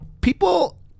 people